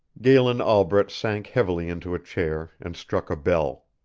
galen albret sank heavily into a chair and struck a bell.